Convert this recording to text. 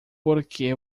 porque